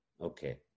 Okay